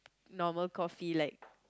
normal coffee like